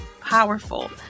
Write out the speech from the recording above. powerful